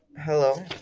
Hello